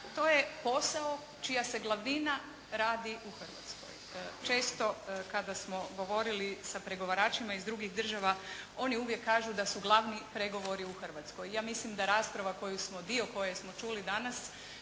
To je posao čija se glavnina radi u Hrvatskoj. Često kada smo govorili o pregovaračima iz drugih država oni uvijek kažu da su glavni pregovori u Hrvatskoj. Ja mislim da rasprava koju smo, dio